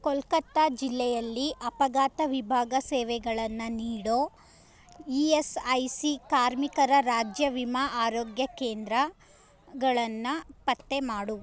ಕೋಲ್ಕತ್ತಾ ಜಿಲ್ಲೆಯಲ್ಲಿ ಅಪಘಾತ ವಿಭಾಗ ಸೇವೆಗಳನ್ನು ನೀಡೋ ಇ ಎಸ್ ಐ ಸಿ ಕಾರ್ಮಿಕರ ರಾಜ್ಯ ವಿಮಾ ಆರೋಗ್ಯ ಕೇಂದ್ರಗಳನ್ನು ಪತ್ತೆ ಮಾಡು